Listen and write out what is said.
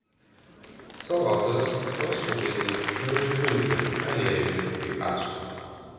salotas pasūdyti ir užpilti aliejumi bei actu